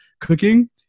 cooking